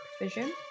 vision